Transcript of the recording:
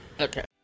Okay